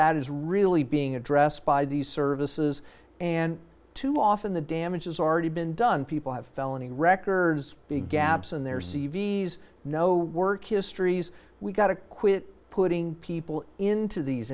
that is really being addressed by these services and too often the damage has already been done people have felony records big gaps in their c v s no work histories we've got to quit putting people into these